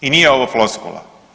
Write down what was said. I nije ovo floskula.